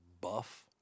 buff